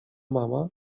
mama